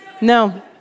No